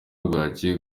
bwaki